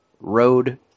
road